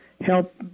help